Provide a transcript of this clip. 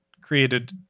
created